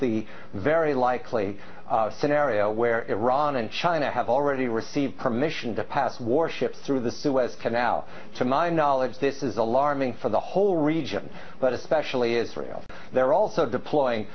the very likely scenario where iran and china have already received permission to pass warships through the suez canal to my knowledge this is alarming for the whole region but especially israel they're also deploy